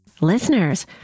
Listeners